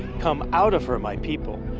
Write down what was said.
come out of her, my people,